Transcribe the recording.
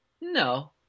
no